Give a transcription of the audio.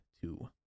two